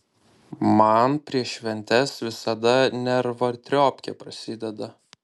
man prieš šventes visada nervatriopkė prasideda